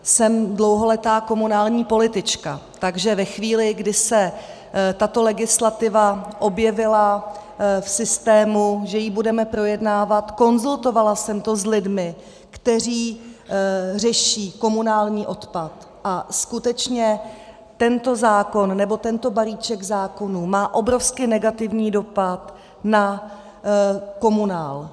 Jsem dlouholetá komunální politička, takže ve chvíli, kdy se tato legislativa objevila v systému, že ji budeme projednávat, konzultovala jsem to s lidmi, kteří řeší komunální odpad, a skutečně, tento zákon, nebo tento balíček zákonů má obrovsky negativní dopad na komunál.